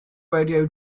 radio